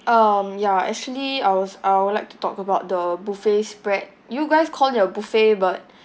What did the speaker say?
um ya actually I was I would like to talk about the buffet spread you guys call your buffet but